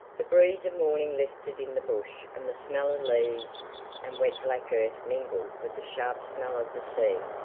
the breeze of morning lifted in the bush and the smell of leaves and wet black earth mingled with the sharp smell of the sea.